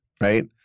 right